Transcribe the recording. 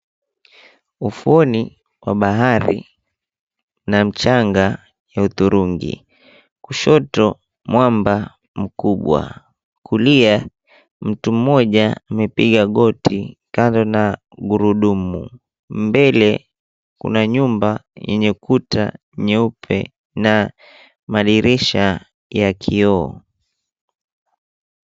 Ufuoni mwa bahari ina mchanga ya hudhurungi. Kushoto mwamba mkubwa. Kulia mtu mmoja amepiga goti kando na gurudumu. Mbele kuna nyumba yenye kuta nyeupe na madirisha ya kioo..